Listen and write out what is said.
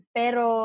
pero